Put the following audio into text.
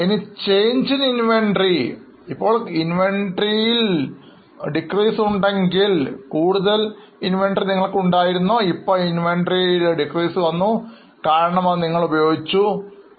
ഇനി change in inventory ഇപ്പോൾ Inventory ൽ കുറവുണ്ടെങ്കിൽ നിങ്ങൾക്ക് കൂടുതൽ Inventory ഉണ്ടായിരുന്നു എന്നാൽ ഇപ്പോൾ inventory കുറവാണ് കാരണം അത് നിങ്ങൾ ഉപയോഗിച്ചതിനാൽ ആണ്